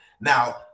Now